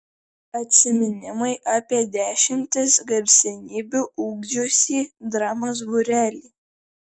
atsiminimai apie dešimtis garsenybių ugdžiusį dramos būrelį